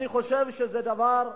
אני חושב שזה דבר מסוכן.